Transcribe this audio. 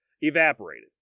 evaporated